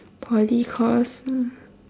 poly course